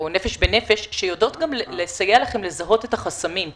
"נפש בנפש" שיודעות לסייע לכם לזהות את החסמים,